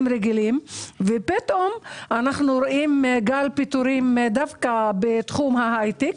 רגילים אבל פתאום אנחנו רואים גל פיטורין דווקא בתחום ההייטק.